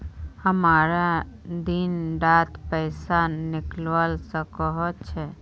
हमरा दिन डात पैसा निकलवा सकोही छै?